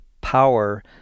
power